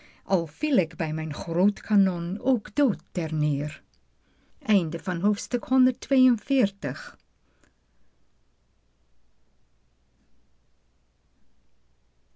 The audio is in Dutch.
al viel ik bij mijn groot kanon ook dood